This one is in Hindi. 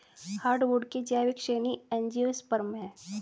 हार्डवुड की जैविक श्रेणी एंजियोस्पर्म है